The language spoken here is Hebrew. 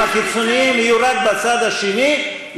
אם הקיצונים יהיו רק בצד השני,